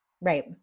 Right